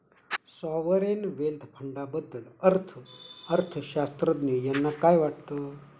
Sovereign wealth फंडाबद्दल अर्थअर्थशास्त्रज्ञ यांना काय वाटतं?